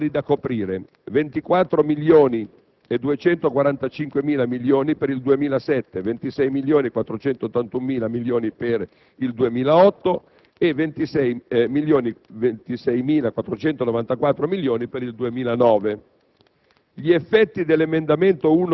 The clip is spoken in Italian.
Esso indica i seguenti oneri da coprire: 24.245 milioni per il 2007; 26.481 milioni per il 2008; 26.494 milioni per il 2009.